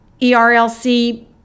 ERLC